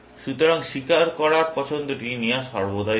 সুতরাং স্বীকার করার পছন্দটি নেওয়া সর্বদাই ভাল